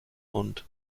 und